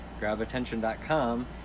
GrabAttention.com